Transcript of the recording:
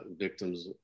victims